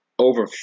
Over